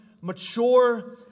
mature